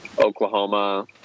Oklahoma